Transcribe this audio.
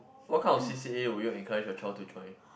what kind of C_C_A would you encourage your child to join